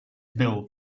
build